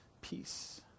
Peace